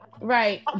Right